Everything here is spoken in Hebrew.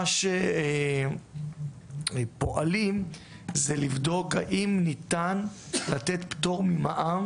מה שפועלים למענו זה לבדוק האם ניתן לתת פטור ממע"מ